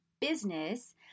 Business